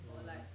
um